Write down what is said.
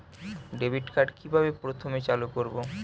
Debit card কিভাবে প্রথমে চালু করব?